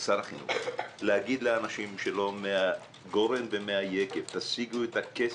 שר החינוך ולהגיד לאנשים שלו שמהגורן מהיקב ישיגו את הכספים.